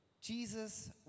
Jesus